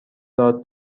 داد